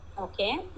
Okay